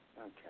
Okay